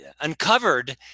uncovered